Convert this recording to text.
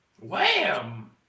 Wham